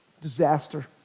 disaster